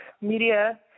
media